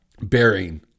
bearing